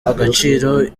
agaciro